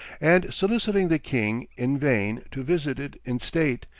and soliciting the king in vain to visit it in state,